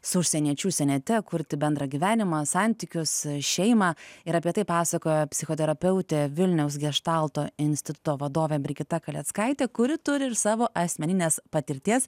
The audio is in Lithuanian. su užsieniečiu užsieniete kurti bendrą gyvenimą santykius šeimą ir apie tai pasakojo psichoterapeutė vilniaus geštalto instituto vadovė brigita kaleckaitė kuri turi ir savo asmeninės patirties